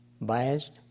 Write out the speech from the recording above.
biased